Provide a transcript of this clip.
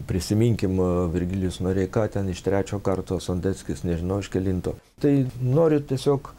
prisiminkim virgilijus noreika ten iš trečio karto sondeckis nežinau iš kelinto tai noriu tiesiog